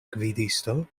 gvidisto